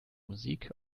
musik